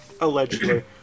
Allegedly